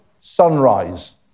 sunrise